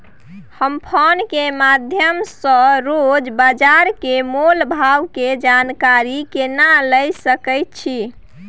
हम फोन के माध्यम सो रोज बाजार के मोल भाव के जानकारी केना लिए सके छी?